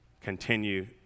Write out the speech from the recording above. continue